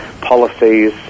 policies